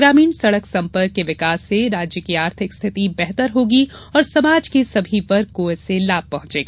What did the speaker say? ग्रामीण सड़क सम्पर्क के विकास से राज्य की आर्थिक स्थिति बेहतर होगी और समाज सभी वर्ग को इससे लाम पहुंचेगा